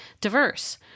diverse